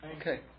Okay